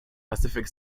pacific